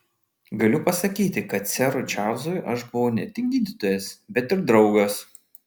galiu pasakyti kad serui čarlzui aš buvau ne tik gydytojas bet ir draugas